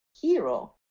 Hero